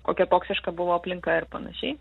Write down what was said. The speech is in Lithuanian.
kokia toksiška buvo aplinka ir panašiai